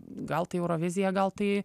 gal tai eurovizija gal tai